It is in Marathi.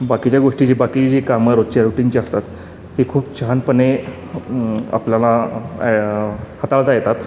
बाकीच्या गोष्टीची बाकी जी कामं रोजच्या रुटीनची असतात ती खूप छानपणे आपल्याला हाताळता येतात